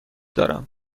دارم